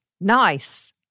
Nice